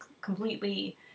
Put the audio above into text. completely